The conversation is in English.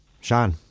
Sean